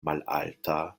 malalta